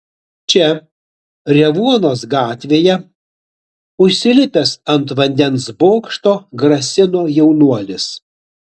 čia revuonos gatvėje užsilipęs ant vandens bokšto grasino jaunuolis